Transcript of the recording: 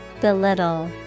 Belittle